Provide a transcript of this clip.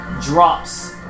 drops